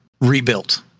rebuilt